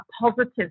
positive